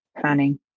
planning